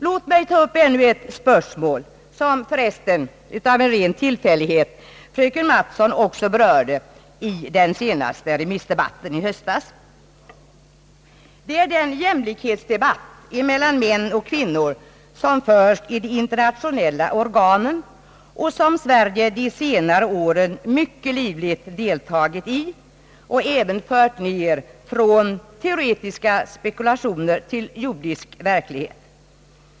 Låt mig ta upp ännu ett spörsmål, som förresten av en ren tillfällighet fröken Mattson också berörde i den senaste remissdebatten i höstas. Det är den debatt om jämlikhet mellan män och kvinnor som förs i de internationella organen och som Sverige de senaste åren mycket livligt deltagit i och även fört ner från teoretiska spekulationer till jordisk verklighet.